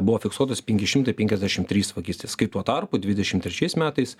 buvo fiksuotos penki šimtai penkiasdešim trys vagystės kai tuo tarpu dvidešim trečiais metais